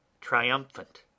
triumphant